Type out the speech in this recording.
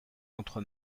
entre